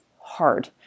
hard